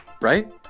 right